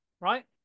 right